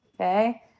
Okay